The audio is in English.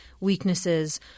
weaknesses